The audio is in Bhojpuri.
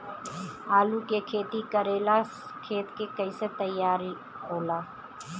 आलू के खेती करेला खेत के कैसे तैयारी होला?